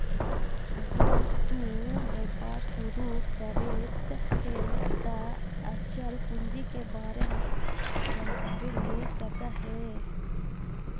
अगर तु व्यापार शुरू करित हे त अचल पूंजी के बारे में जानकारी ले सकऽ हे